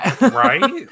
right